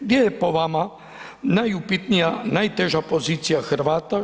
Gdje je po vama najupitnija, najteža pozicija Hrvata?